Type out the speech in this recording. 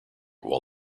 while